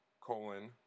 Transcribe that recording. colon